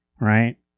right